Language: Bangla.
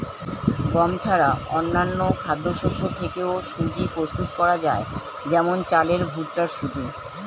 গম ছাড়া অন্যান্য খাদ্যশস্য থেকেও সুজি প্রস্তুত করা যায় যেমন চালের ভুট্টার সুজি